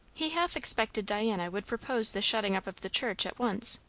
he half expected diana would propose the shutting up of the church at once,